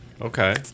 okay